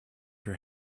her